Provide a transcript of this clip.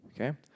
okay